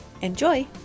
Enjoy